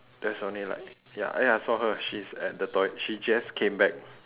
that's only like ya oh ya I saw her she's at the toi~ she just came back